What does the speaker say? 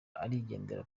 arigendera